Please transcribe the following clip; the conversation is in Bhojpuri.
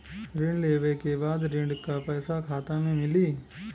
ऋण लेवे के बाद ऋण का पैसा खाता में मिली?